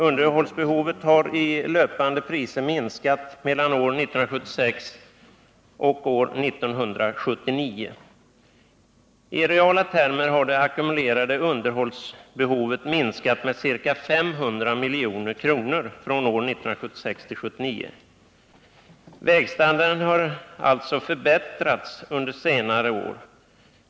Underhållsbehovet har i löpande priser minskat mellan år 1976 och år 1979 — i reala termer har det ackumulerade underhållsbehovet minskat med ca 500 milj.kr. från 1976 till 1979. Vägstandarden har alltså förbättrats under senare år.